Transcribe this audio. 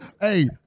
Hey